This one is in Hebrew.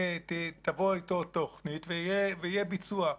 תבוא תוכנית ויהיה ביצוע.